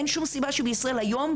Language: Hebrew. אין שום סיבה שבישראל היום,